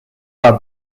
are